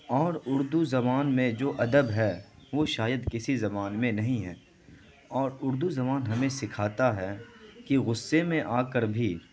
اور اردو زبان میں جو ادب ہے وہ شاید کسی زبان میں نہیں ہے اور اردو زبان ہمیں سکھاتا ہے کہ غصے میں آ کر بھی